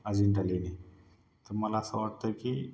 अजिंठा लेणी तर मला असं वाटतं की